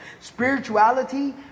Spirituality